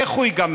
איך הוא ייגמר?